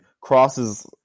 crosses